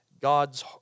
God's